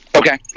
Okay